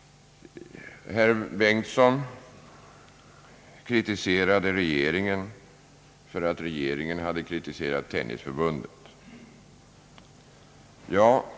Herr Bengtson kritiserade regeringen för att regeringen hade kritiserat Tennisförbundet.